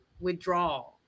withdrawal